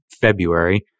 February